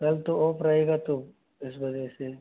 कल तो ऑफ रहेगा तो इस वजह से